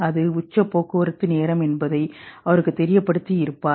அது உச்ச போக்குவரத்து நேரம் என்பதை அவருக்கு தெரியப்படுத்தி இருப்பார்